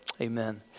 amen